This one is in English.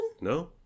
No